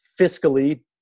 fiscally